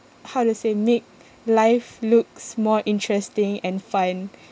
how to say make life looks more interesting and fun